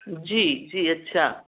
جی جی اچھا